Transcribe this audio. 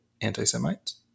anti-Semites